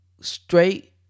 straight